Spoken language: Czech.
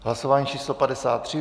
Hlasování číslo 53.